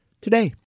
today